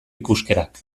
ikuskerak